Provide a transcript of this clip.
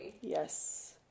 Yes